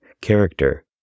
character